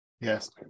Yes